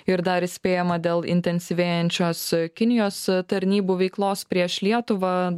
ir dar įspėjama dėl intensyvėjančios kinijos tarnybų veiklos prieš lietuvą